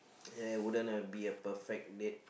it wouldn't be a perfect date